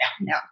no